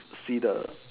see the